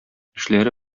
эшләре